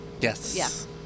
yes